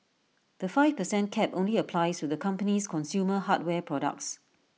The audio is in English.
the five per cent cap only applies to the company's consumer hardware products